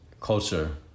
culture